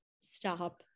stop